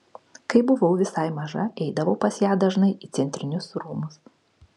kai buvau visai maža eidavau pas ją dažnai į centrinius rūmus